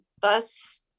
bus